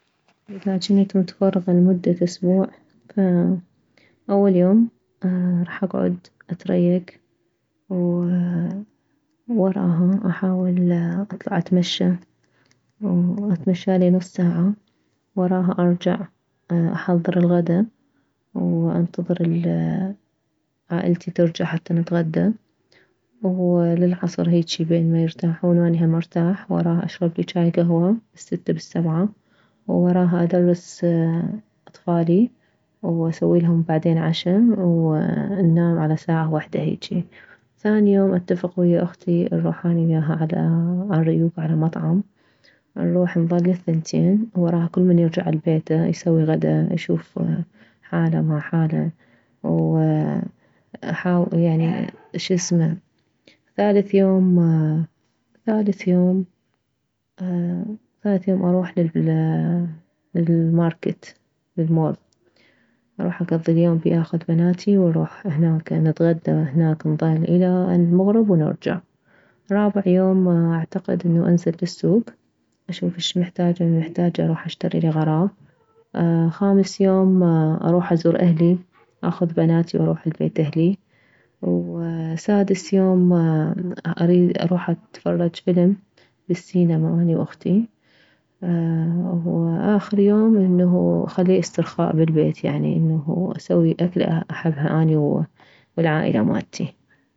اذا جنت متفرغة لمدة اسبوع فاول يوم راح اكعد اتريك ووراها احاول اطلع اتمشى واتمشالي نص ساعة وراها ارجع احضر الغدة وانتظر العائلتي ترجع حتى نتغدى وللعصر هيجي بين مايرتاحون واني هم ارتاح وراها اشربلي جاي كهوة بالستة بالسبعة ووراها ادرس اطفالي واسويلهم بعدين عشا وننام على ساعة وحدة هيجي ثاني يوم اتفق اني و اختي اروح اني ووياها عالريوك على مطعم نروح نظل للثنتين وراها كلمن يرجع لبيته يسوي غده يشوف حاله ما حاله واحاول يعني شسمه وثالث يوم ثالث يوم اروح للماركت للمول اروح اكضي اليوم بيه اخذ بناتي واروح هناك نتغدى هناك نظل الى المغرب ونرجع رابع يوم اعتقد انه انول للسوك اشوف شمحتاجة ممحتاجة اروح اشتريلي غراض خامس اروح ازور اهلي اخذبناتي واروح لبيت اهلي وسادس اريد اروح اتفرج فلم بالسينما اني واختي واخر يون انه اخليه استرخاء بالبيت اسوي اكلة احبها اني والعائلة مالتي